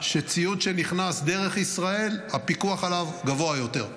שציוד שנכנס דרך ישראל, הפיקוח עליו גבוה יותר,